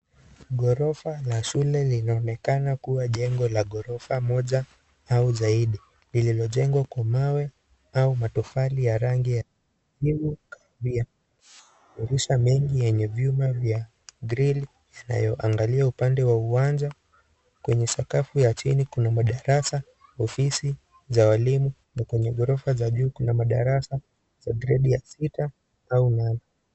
Ghorofa la shule linaonekana kuwa jengo la ghorofa moja au zaidi lililojengwa Kwa mawe au matofali ya rangi ya kahawia. Dirisha mengi vyenye vyuma vya (CS)grill(CS)inayoangalia upande wa uwanja, kwenye sakafu ya chini kuna madarasa, ofisi za walimu na kwenye ghorofa za juu kuna madarasa za gredi ya sita au nane.